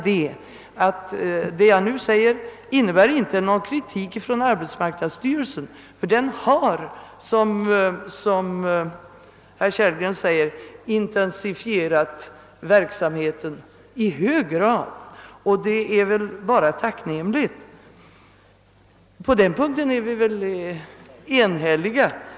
Det jag nu säger innebär inte någon kritik mot arbetsmarknadsstyrelsen, ty den har, som herr Kellgren säger, intensifierat verksamheten i hög grad, och det är tacknämligt — på den punkten är vi väl eniga.